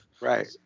Right